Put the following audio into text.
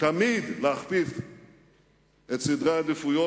תמיד להכפיף את סדרי העדיפויות,